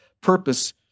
purpose